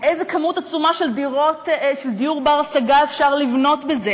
איזה כמות עצומה של דיור בר-השגה אפשר לבנות בזה,